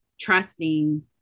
trusting